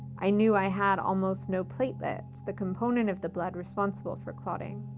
i knew i had almost no platelets, the component of the blood responsible for clotting.